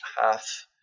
half